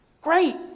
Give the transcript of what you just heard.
Great